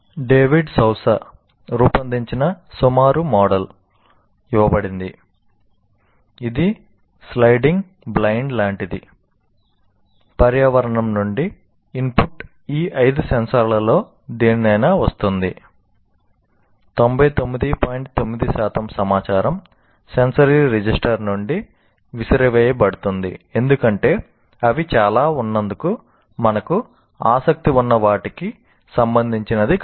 David Sousa నుండి విసిరివేయబడుతుంది ఎందుకంటే అవి చాలా ఉన్నందున మనకు ఆసక్తి ఉన్న వాటికి సంబంధించినది కాదు